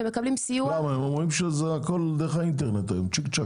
אומרים שהכול דרך האינטרנט, צ'יק צ'ק.